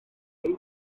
iawn